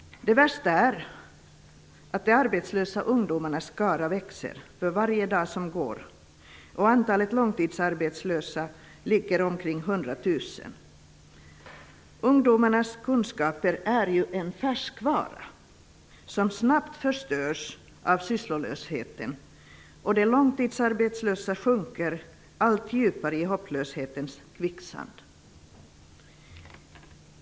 Det värsta är att de arbetslösa ungdomarnas skara växer för varje dag som går. Antalet långtidsarbetslösa ligger på omkring 100 000. Ungdomarnas kunskaper är ju en färskvara som snabbt förstörs av sysslolösheten. De långtidsarbetslösa sjunker allt djupare i hopplöshetens kvicksand.